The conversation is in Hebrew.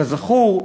כזכור,